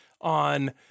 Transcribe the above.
on